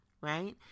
right